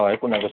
হয় কোনে কৈছে